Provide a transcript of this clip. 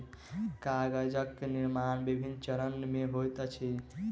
कागजक निर्माण विभिन्न चरण मे होइत अछि